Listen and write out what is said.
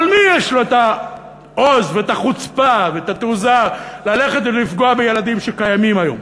אבל מי יש לו העוז והחוצפה והתעוזה ללכת ולפגוע בילדים שקיימים היום?